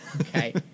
Okay